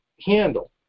handle